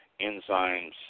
enzymes